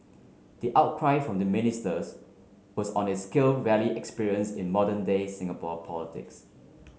the outcry from the ministers was on a scale rarely experienced in modern day Singapore politics